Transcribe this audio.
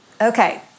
Okay